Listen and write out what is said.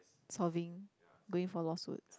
solving going for lawsuit